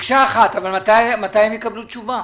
מתי הם יקבלו תשובה?